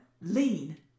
lean